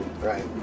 Right